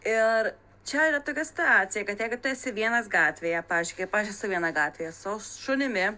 ir čia yra tokia situacija kad jeigu tu esi vienas gatvėje pavyzdžiui kaip aš esu viena gatvėje su šunimi